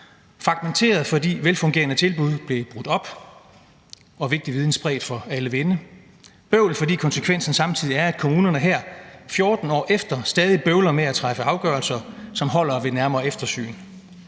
fragmenteret, fordi velfungerende tilbud blev brudt op og vigtig viden spredt for alle vinde; bøvl, fordi konsekvensen samtidig er, at kommunerne her 14 år efter stadig bøvler med at træffe afgørelser, som holder ved nærmere eftersyn.